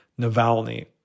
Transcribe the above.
Navalny